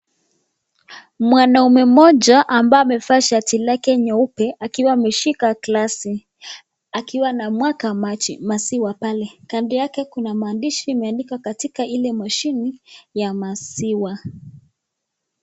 Mwanaume mmoja ambaye amevaa shati lake nyeupe akiwa ameshika glasi akiwa anamwaga maziwa pale. Kando yake kuna maandishi imeandikwa katika ile mashini ya maziwa.